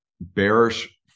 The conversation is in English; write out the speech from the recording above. Bearish